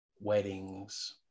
weddings